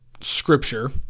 Scripture